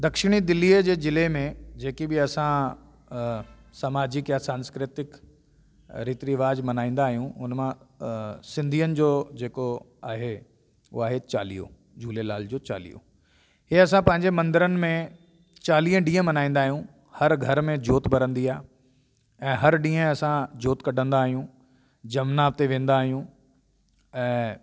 दक्षिणी दिल्लीअ जे ज़िले में जेकी बि असां सामाजिक यां सांस्कृतिक रीति रिवाजु मल्हाईंदा आहियूं उन मां सिंधियुनि जो जेको आहे उहो आहे चालीहो झूलेलाल जो चालीहो इहे असां पंहिंजे मंदरनि में चालीह ॾींहं मल्हाईंदा आहियूं हर घर में जोति ॿरंदी आहे ऐं हर ॾींहुं असां जोति कढंदा आहियूं जमुना ते वेंदा आहियूं ऐं